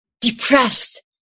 depressed